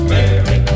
Mary